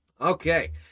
okay